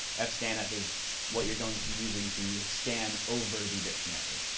ah fscanf is what you're going to be using to scan over the dictionary.